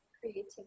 creativity